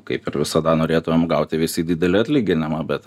kaip ir visada norėtumėm gauti visi didelį atlyginamą bet